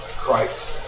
Christ